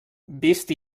vist